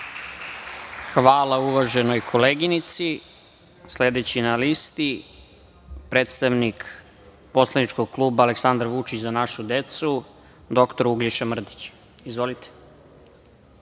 Hvala, uvaženoj koleginici. Sledeći na listi, predstavnik poslaničkog kluba Aleksandar Vučić – Za našu decu, doktor Uglješa Mrdić. **Uglješa